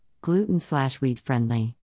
gluten-slash-wheat-friendly